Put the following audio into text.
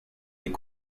est